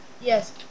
Yes